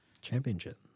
Championship